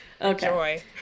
Okay